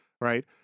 right